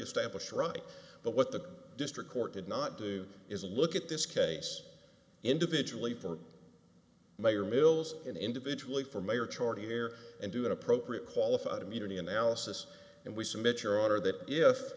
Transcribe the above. established right but what the district court did not do is look at this case individually for mayor mills and individually for mayor chart here and do that appropriate qualified immunity analysis and we submit your honor that